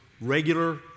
regular